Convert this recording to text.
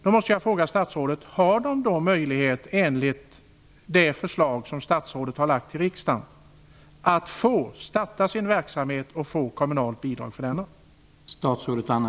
Då måste jag fråga statsrådet: Har dessa föräldrar möjlighet enligt det förslag som statsrådet har lämnat till riksdagen att starta sin verksamhet och få kommunalt bidrag för denna?